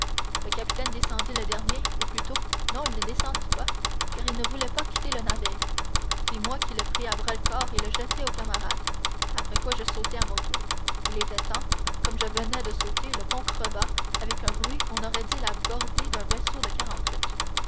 le capitaine descendit le dernier ou plutôt non il ne descendit pas car il ne voulait pas quitter le navire c'est moi qui le pris à bras-le-corps et le jetai aux camarades après quoi je sautai à mon tour il était temps comme je venais de sauter le pont creva avec un bruit qu'on aurait dit la bordée d'un vaisseau de